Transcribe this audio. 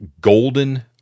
golden